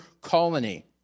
colony